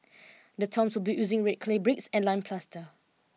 the tombs were built using red clay bricks and lime plaster